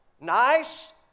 nice